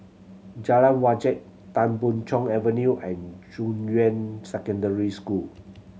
Jalan Wajek Tan Boon Chong Avenue and Junyuan Secondary School